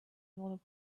able